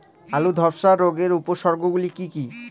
আলুর ধ্বসা রোগের উপসর্গগুলি কি কি?